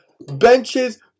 Benches